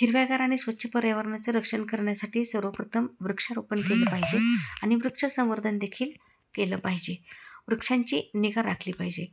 हिरव्यागार आणि स्वच्छ पर्यावरणाचं रक्षण करण्यासाठी सर्वप्रथम वृक्षारोपण केलं पाहिजे आणि वृक्षसंवर्धनदेखील केलं पाहिजे वृक्षांची निगा राखली पाहिजे